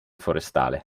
forestale